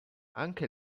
anche